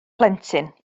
plentyn